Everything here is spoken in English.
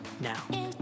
Now